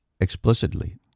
explicitly